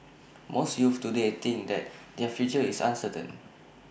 most youths today think that their future is uncertain